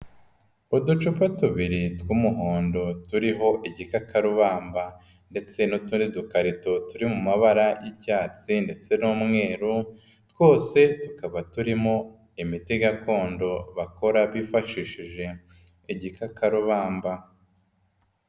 Uducupa tubiri tw'umuhondo turiho igikakarubamba ndetse n'utundi dukarito turi mu mabara y'icyatsi ndetse n'umweru, twose tukaba turimo imiti gakondo bakora bifashishije igikakarubamba.